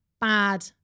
bad